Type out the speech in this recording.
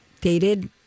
dated